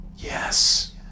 Yes